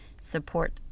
support